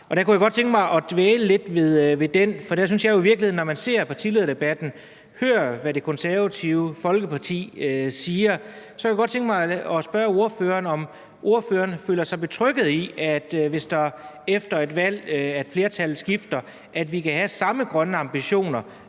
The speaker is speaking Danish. Der kunne jeg godt tænke mig at dvæle lidt ved den. For der synes jeg jo i virkeligheden, at når man ser partilederdebatten og hører, hvad Det Konservative Folkeparti siger, kunne jeg godt tænke mig at spørge ordføreren, om ordføreren føler sig betrygget i, at vi efter et valg, hvor flertallet skifter, kan have samme grønne ambitioner